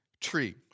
tree